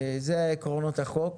אלה עקרונות החוק.